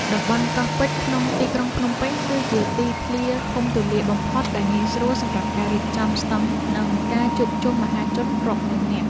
តំបន់កោះពេជ្រ ក្នុងទីក្រុងភ្នំពេញ គឺជាទីធ្លាធំទូលាយបំផុតដែលងាយស្រួលសម្រាប់ការរៀបចំស្ដង់ និងការជួបជុំមហាជនរាប់ម៉ឺននាក់។